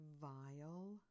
vile